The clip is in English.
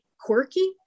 quirky